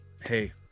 Hey